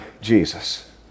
Jesus